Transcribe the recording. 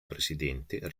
presidente